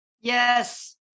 Yes